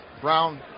Brown